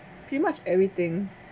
pretty much everything